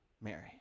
Mary